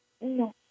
No